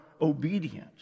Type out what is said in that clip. obedient